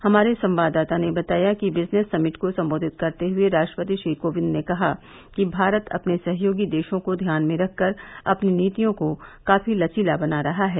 हमारे संवाददाता ने बताया कि बिजनेस समिट को संबोधित करते हुए राष्ट्रपति श्री कोविंद ने कहा कि भारत अपने सहयोगी देशों को ध्यान में रखकर अपनी नीतियों को काफी लचीला बना रहा है